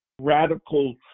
Radical